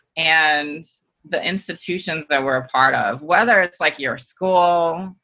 and the institutions that we're a part ah of-whether it's like your school,